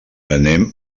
anem